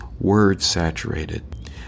word-saturated